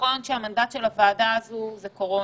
נכון שהמנדט של הוועדה הזו זה קורונה,